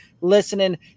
listening